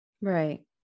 Right